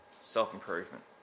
self-improvement